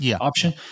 option